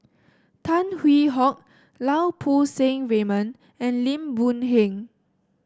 Tan Hwee Hock Lau Poo Seng Raymond and Lim Boon Heng